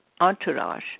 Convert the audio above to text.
entourage